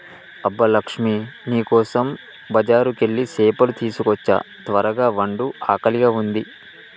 అబ్బ లక్ష్మీ నీ కోసం బజారుకెళ్ళి సేపలు తీసుకోచ్చా త్వరగ వండు ఆకలిగా ఉంది